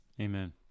Amen